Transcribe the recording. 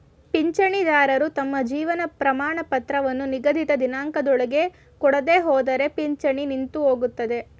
ಪಿಂಚಣಿದಾರರು ತಮ್ಮ ಜೀವನ ಪ್ರಮಾಣಪತ್ರವನ್ನು ನಿಗದಿತ ದಿನಾಂಕದೊಳಗೆ ಕೊಡದೆಹೋದ್ರೆ ಪಿಂಚಣಿ ನಿಂತುಹೋಗುತ್ತೆ